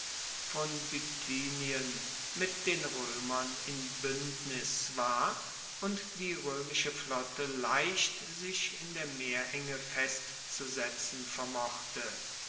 von bithynien mit den roemern in buendnis war und die roemische flotte leicht sich in der meerenge festzusetzen vermochte